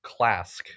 Clask